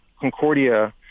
Concordia